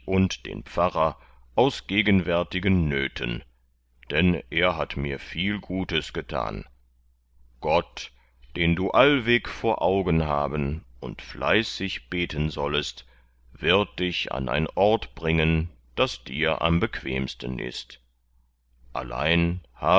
den pfarrer aus gegenwärtigen nöten dann er hat mir viel gutes getan gott den du allweg vor augen haben und fleißig beten sollest wird dich an ein ort bringen das dir am bequemsten ist allein